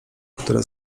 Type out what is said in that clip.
które